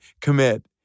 commit